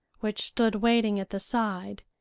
which stood waiting at the side,